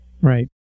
Right